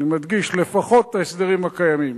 אני מדגיש, לפחות את ההסדרים הקיימים.